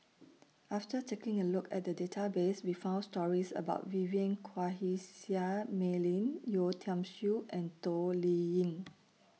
after taking A Look At The Database We found stories about Vivien Quahe Seah Mei Lin Yeo Tiam Siew and Toh Liying